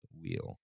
wheel